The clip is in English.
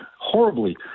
horribly